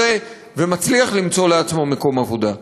רוצה ומצליח למצוא לעצמו מקום עבודה.